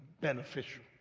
beneficial